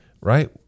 right